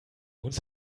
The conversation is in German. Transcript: wohnst